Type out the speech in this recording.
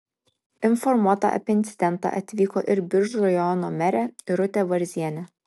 informuota apie incidentą atvyko ir biržų rajono merė irutė varzienė